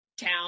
town